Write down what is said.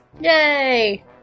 Yay